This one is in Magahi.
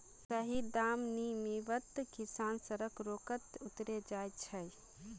सही दाम नी मीवात किसान सड़क रोकोत उतरे जा छे